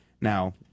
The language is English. Now